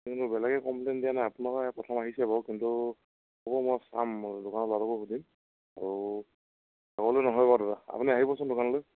কিন্তু বেলেগে কমপ্লেইন দিয়া নাই আপোনালোকে প্ৰথম আহিছে বাৰু কিন্তু হ'ব মই চাম দোকানৰ ল'ৰাবোৰকো সুধিম আৰু যাবলৈ দাদা আপুনি আহিবচোন দোকানলৈ